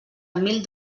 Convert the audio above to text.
mil